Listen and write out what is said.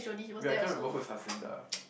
wait I can't remember who's Haslinda